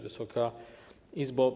Wysoka Izbo!